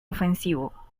ofensivo